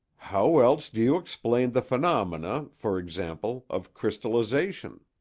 how else do you explain the phenomena, for example, of crystallization?